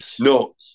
No